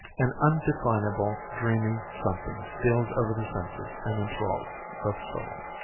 an indefinable dreamy something steals over the senses and enthralls the soul.